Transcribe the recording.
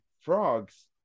frogs